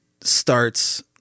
starts